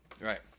Right